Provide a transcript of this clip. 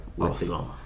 Awesome